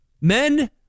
Men